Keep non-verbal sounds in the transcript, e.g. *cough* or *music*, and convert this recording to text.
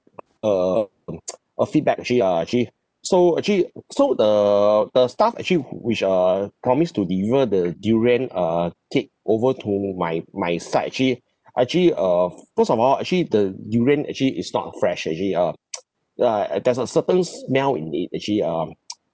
a um *noise* a feedback actually uh actually so actually so the the staff actually which uh promised to deliver the durian uh cake over to my my side actually *breath* actually uh first of all actually the durian actually is not fresh actually uh *noise* uh uh there's a certain smell in it actually um *noise*